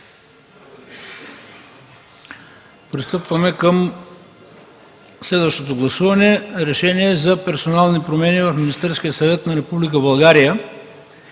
Пристъпваме към следващото гласуване – проекторешение за персонални промени в Министерския съвет на Република България